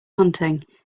hunting